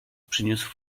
przyniósł